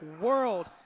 World